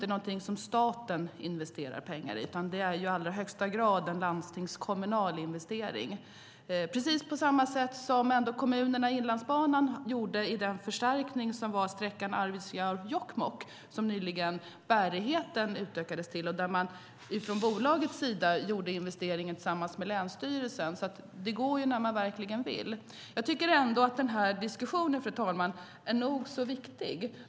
De är inte något som staten investerar pengar i, utan det är i allra högsta grad fråga om landstingskommunala investeringar, precis på samma sätt som kommunerna längs Inlandsbanan bidrog till utökningen av bärigheten av sträckan Arvidsjaur-Jokkmokk. Bolaget gjorde investeringen tillsammans med länsstyrelsen. Det går när man verkligen vill. Jag tycker ändå, fru talman, att diskussionen är nog så viktig.